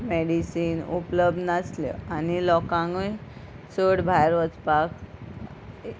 medicine उपलब्ध नासल्यो आनी लोकांकूय चड भायर वचपाक